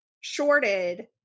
shorted